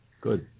Good